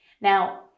Now